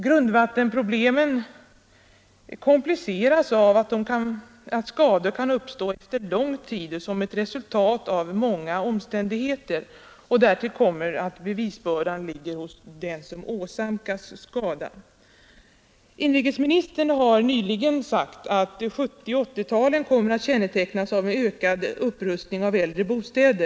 Grundvattenproblemen kompliceras av att skador kan uppstå efter lång tid som ett resultat av många omständigheter, och därtill kommer att bevisbördan ligger hos dem som åsamkats skada. Nr 24 Inrikesministern har nyligen sagt att 1970 och 1980-talen kommer att Torsdagen den kännetecknas av en ökad upprustning av äldre bostäder.